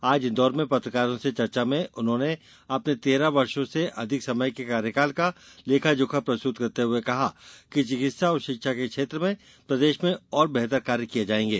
आज इंदौर में पत्रकारों से चर्चा में उन्होंने अपने तेरह वर्षो से अधिक समय के कार्यकाल का लेखा जोखा प्रस्तुत करते हुए कहा कि चिकित्सा और शिक्षा के क्षेत्र में प्रदेश में और बेहतर कार्य किये जाएंगे